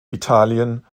italien